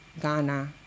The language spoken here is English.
Ghana